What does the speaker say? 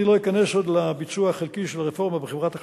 אני לא אכנס עוד לביצוע החלקי של הרפורמה בחברת החשמל,